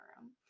room